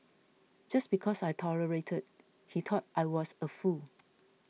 just because I tolerated he thought I was a fool